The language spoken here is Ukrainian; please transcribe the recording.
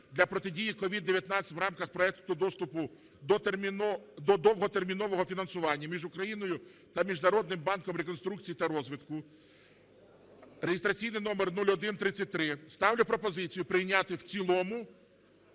для протидії COVID-19 в рамках Проекту доступу до довготермінового фінансування) між Україною та Міжнародним банком реконструкції та розвитку (реєстраційний номер 0133). Ставлю пропозицію прийняти в цілому